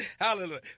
Hallelujah